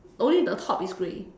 only the top is grey